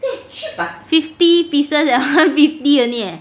fifty pieces eh one fifty only eh